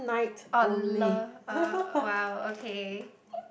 oh love uh !wow! okay